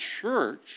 church